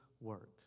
work